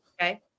Okay